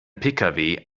pkw